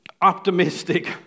optimistic